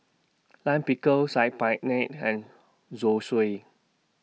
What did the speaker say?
Lime Pickle Saag Paneer and Zosui